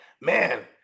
man